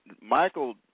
Michael